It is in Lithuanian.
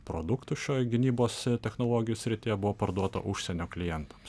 produktų šioj gynybos technologijų srityje buvo parduota užsienio klientams